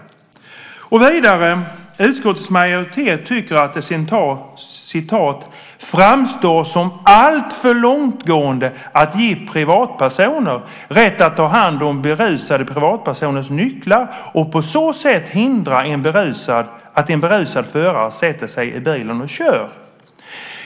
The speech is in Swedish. Vidare tycker utskottsmajoriteten att det framstår som alltför långtgående att ge privatpersoner rätt att ta hand om berusade privatpersoners nycklar och på så sätt hindra att en berusad förare sätter sig i bilen och kör.